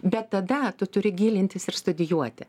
bet tada tu turi gilintis ir studijuoti